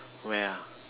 where ah